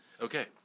Okay